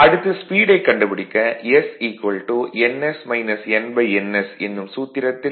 அடுத்து ஸ்பீடைக் கண்டுபிடிக்க s ns என்னும் சூத்திரத்தில் s 0